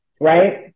right